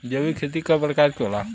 जैविक खेती कव प्रकार के होला?